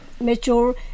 mature